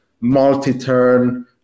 multi-turn